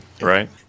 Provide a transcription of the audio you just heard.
right